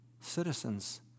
citizens